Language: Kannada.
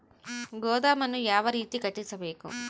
ಗೋದಾಮನ್ನು ಯಾವ ರೇತಿ ಕಟ್ಟಿಸಬೇಕು?